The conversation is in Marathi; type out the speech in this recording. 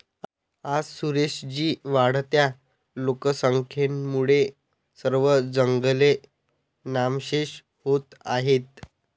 आज सुरेश जी, वाढत्या लोकसंख्येमुळे सर्व जंगले नामशेष होत आहेत